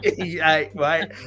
right